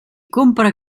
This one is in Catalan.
compra